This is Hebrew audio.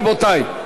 רבותי,